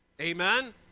Amen